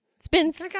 spins